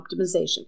optimization